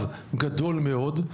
הוא גדול מאוד.